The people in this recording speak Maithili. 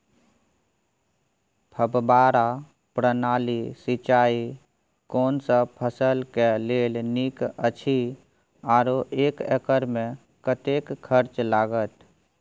फब्बारा प्रणाली सिंचाई कोनसब फसल के लेल नीक अछि आरो एक एकर मे कतेक खर्च लागत?